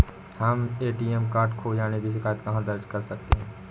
हम ATM card खो जाने की शिकायत कहाँ दर्ज कर सकते हैं?